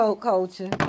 culture